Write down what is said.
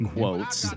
quotes